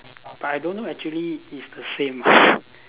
but I don't know actually is the same ah